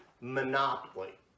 Monopoly